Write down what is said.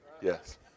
Yes